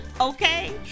okay